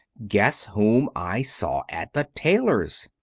guess whom i saw at the tailor's?